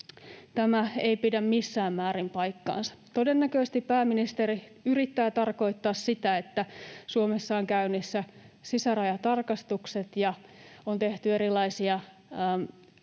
Tämä ei pidä missään määrin paikkaansa. Todennäköisesti pääministeri yrittää tarkoittaa sitä, että Suomessa ovat käynnissä sisärajatarkastukset ja on tehty erilaisia sääntöjä